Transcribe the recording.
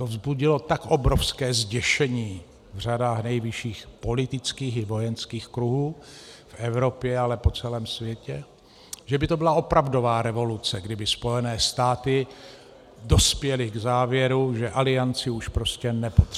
vzbudilo tak obrovské zděšení v řadách nejvyšších politických i vojenských kruhů v Evropě a po celém světě, že by to byla opravdová revoluce, kdyby Spojené státy dospěly k závěru, že Alianci už prostě nepotřebují.